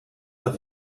der